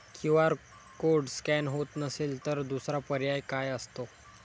QR code scan होत नसेल तर दुसरा पर्याय काय असतो?